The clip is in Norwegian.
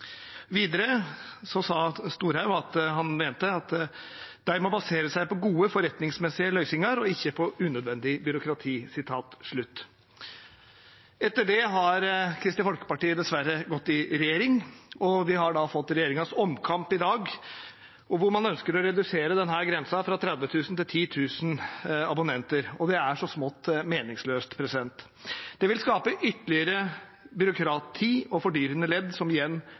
Videre sa Storehaug at han mente at «dei må basere seg på gode, forretningsmessige løysingar, og ikkje på unødvendig byråkrati.» Etter det har Kristelig Folkeparti dessverre gått i regjering, og vi har fått regjeringens omkamp i dag, hvor man ønsker å redusere denne grensen fra 30 000 til 10 000 abonnenter. Det er smått meningsløst. Det vil skape ytterligere byråkrati og fordyrende ledd som igjen